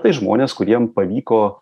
tai žmonės kuriem pavyko